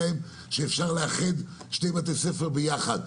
שאפשר לאחד שני בתי ספר יחד.